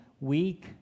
weak